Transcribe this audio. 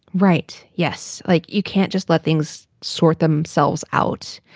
right? yes. like, you can't just let things sort themselves out.